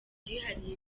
yihariye